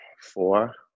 four